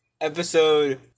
episode